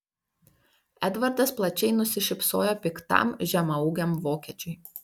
edvardas plačiai nusišypsojo piktam mažaūgiam vokiečiui